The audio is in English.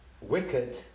wicked